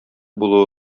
булуы